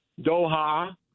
Doha